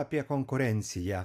apie konkurenciją